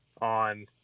on